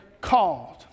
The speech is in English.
called